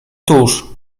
tuż